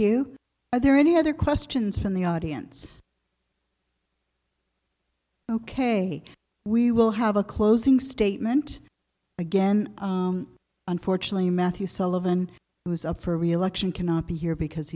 you are there any other questions from the audience ok we will have a closing statement again unfortunately matthew sullivan who is up for reelection cannot be here because